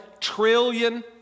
trillion